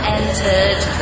entered